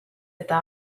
eta